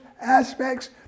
aspects